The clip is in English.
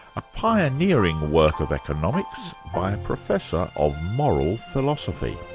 a pioneering work of economics by a professor of moral philosophy.